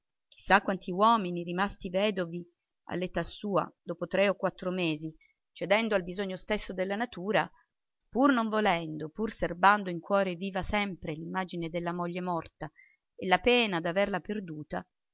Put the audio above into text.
sa quanti uomini rimasti vedovi all'età sua dopo tre o quattro mesi cedendo al bisogno stesso della natura pur non volendo pur serbando in cuore viva sempre l'immagine della moglie morta e la pena d'averla perduta